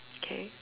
K